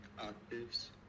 octaves